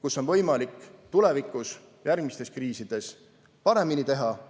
kus on võimalik tulevikus järgmistes kriisides midagi paremini teha